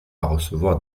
recevoir